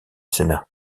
sénat